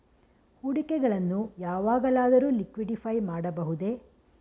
ಹೂಡಿಕೆಗಳನ್ನು ಯಾವಾಗಲಾದರೂ ಲಿಕ್ವಿಡಿಫೈ ಮಾಡಬಹುದೇ?